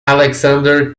alexander